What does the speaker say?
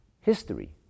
history